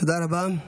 תודה רבה.